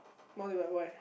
more developed why